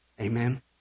Amen